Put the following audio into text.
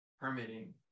permitting